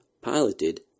piloted